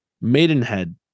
Maidenhead